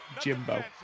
Jimbo